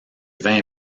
vins